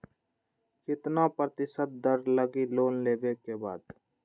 कितना प्रतिशत दर लगी लोन लेबे के बाद?